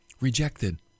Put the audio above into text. rejected